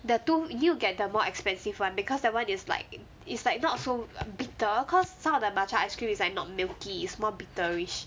the two you need to get the more expensive [one] because that one is like is like not so bitter cause some of the matcha ice cream is not milky is more bitterish